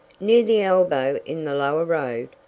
near the elbow in the lower road,